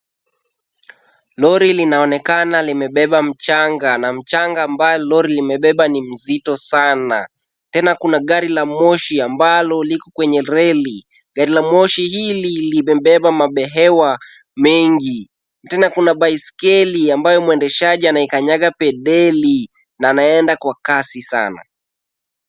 Lori linaonekana limebeba mchanga. Na mchanga ambayo lori limebeba ni mzito sana. Tena kuna gari la moshi ambalo liko kwenye reli. Gari la moshi hili limebeba mabehewa mengi. Tena kuna baiskeli ambayo mwendeshaji anaikanyaga pedeli na anaenda kwa kasi sana.